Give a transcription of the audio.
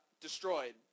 destroyed